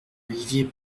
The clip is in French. olivier